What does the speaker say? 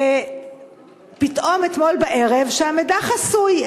פתאום אתמול בערב, שהמידע חסוי.